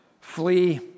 Flee